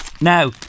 Now